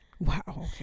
wow